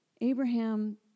Abraham